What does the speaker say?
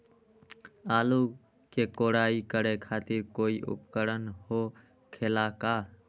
आलू के कोराई करे खातिर कोई उपकरण हो खेला का?